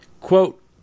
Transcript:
Quote